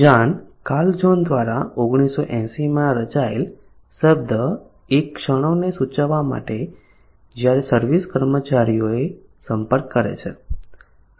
જાન કાર્લઝોન દ્વારા 1980 માં રચાયેલ શબ્દ એ ક્ષણોને સૂચવવા માટે જ્યારે સર્વિસ કર્મચારીઓ સંપર્ક કરે છે